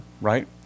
right